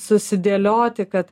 susidėlioti kad